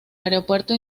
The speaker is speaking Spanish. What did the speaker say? aeropuerto